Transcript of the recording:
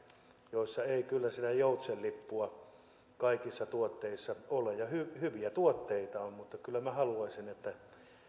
joissa ei kyllä sitä joutsenlippua kaikissa tuotteissa ole hyviä tuotteita on mutta kyllä minä haluaisin että